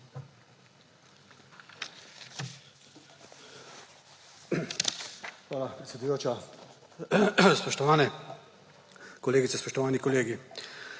Hvala, predsedujoča. Spoštovane kolegice, spoštovani kolegi!